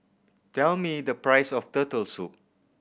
tell me the price of Turtle Soup